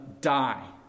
die